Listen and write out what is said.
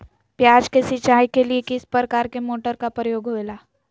प्याज के सिंचाई के लिए किस प्रकार के मोटर का प्रयोग होवेला?